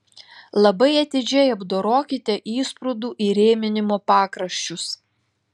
labai atidžiai apdorokite įsprūdų įrėminimo pakraščius